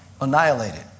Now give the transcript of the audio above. annihilated